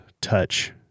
touch